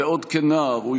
רם,